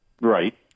Right